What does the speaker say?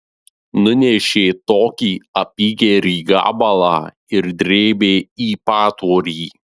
nunešė tokį apygerį gabalą ir drėbė į patvorį